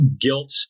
guilt